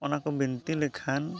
ᱚᱱᱟ ᱠᱚ ᱵᱤᱱᱛᱤ ᱞᱮᱠᱷᱟᱱ